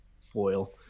foil